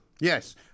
Yes